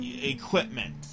equipment